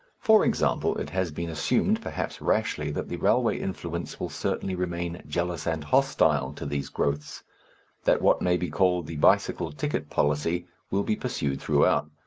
for example, it has been assumed, perhaps rashly, that the railway influence will certainly remain jealous and hostile to these growths that what may be called the bicycle ticket policy will be pursued throughout.